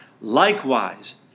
Likewise